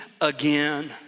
again